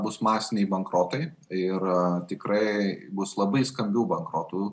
bus masiniai bankrotai ir tikrai bus labai skambių bankrotų